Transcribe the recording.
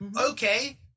okay